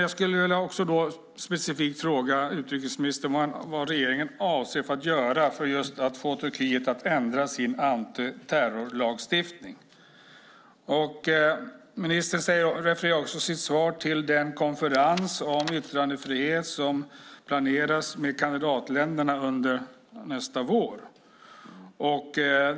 Jag vill också specifikt fråga utrikesministern vad regeringen avser att göra för att få Turkiet att ändra sin antiterrorlagstiftning. Ministern refererar också i sitt svar till den konferens om yttrandefrihet som planeras med kandidatländerna under nästa vår.